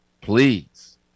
Please